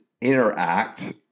interact